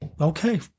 okay